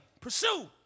pursue